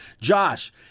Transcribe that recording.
Josh